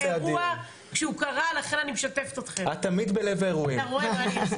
כמו שקורה היום שהם מקפיצים את מד"א ומכבי אש.